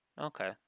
Okay